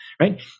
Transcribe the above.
Right